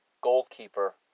goalkeeper